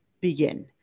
begin